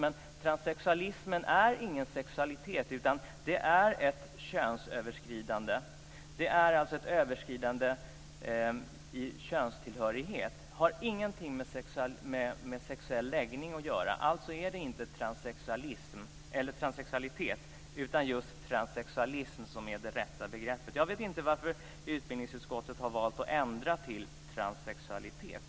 Men transsexualismen är ingen sexualitet, utan det är ett könsöverskridande - ett överskridande i könstillhörighet som inte har någonting med sexuell läggning att göra. Det handlar alltså inte om transsexualitet, utan om just transsexualism. Det är det rätta begreppet. Jag vet inte varför utbildningsutskottet har valt att ändra till transsexualitet.